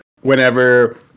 whenever